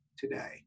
today